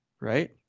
right